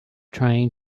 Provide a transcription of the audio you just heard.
trying